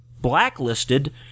blacklisted